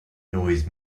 noise